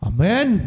Amen